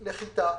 לחיטה,